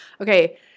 Okay